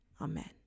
Amen